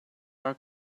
our